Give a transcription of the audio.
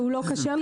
שהוא לא כשר,